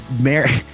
mary